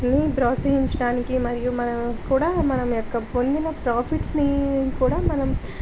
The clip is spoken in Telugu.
ని ప్రోత్సహించడానికి మరియు మనం కూడా మనం యొక్క పొందిన ప్రాఫిట్స్ని కూడా మనం